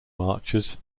marches